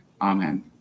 Amen